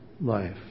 life